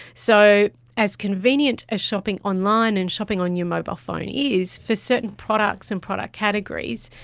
so as convenient as shopping online and shopping on your mobile phone is, for certain products and product categories,